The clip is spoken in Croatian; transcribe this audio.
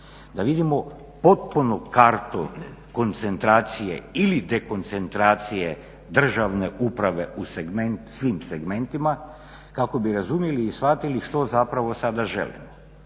Da vidimo potpunu kartu koncentracije ili dekoncentracije države uprave u svim segmentima kako bi razumjeli i shvatili što zapravo sada želimo.